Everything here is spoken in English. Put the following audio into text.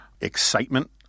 excitement